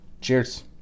Cheers